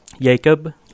Jacob